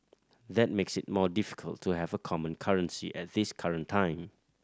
that makes it more difficult to have a common currency at this current time